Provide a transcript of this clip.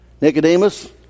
Nicodemus